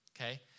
Okay